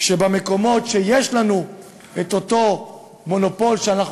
שבמקומות שיש לנו את אותו מונופול שאנחנו